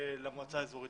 למועצה האזורית.